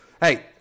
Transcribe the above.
Hey